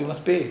you must pay